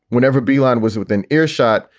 whenever bilan was within earshot,